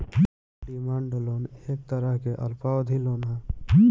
demand loan एक तरह के अल्पावधि लोन ह